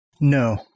No